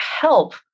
help